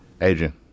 Adrian